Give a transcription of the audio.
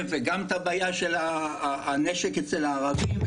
ועל הבעיה של הנשק שנמצא אצל הערבים,